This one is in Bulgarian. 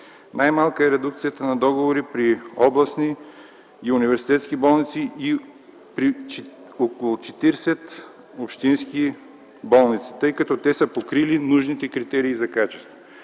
Най-малка е редукцията на договори при областни и университетски болници и около 40 общински болници, тъй като те са покрили нужните критерии за качество.